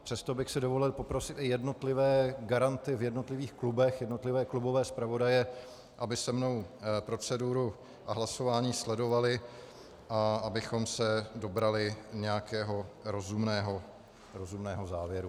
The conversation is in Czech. Přesto bych si dovolil poprosit jednotlivé garanty v jednotlivých klubech, jednotlivé klubové zpravodaje, aby se mnou proceduru hlasování sledovali a abychom se dobrali nějakého rozumného závěru.